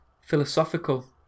philosophical